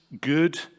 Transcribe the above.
good